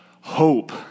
hope